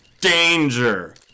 Danger